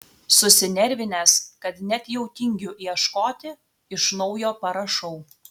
susinervinęs kad net jau tingiu ieškoti iš naujo parašau